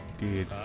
dude